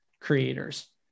creators